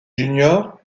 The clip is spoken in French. juniors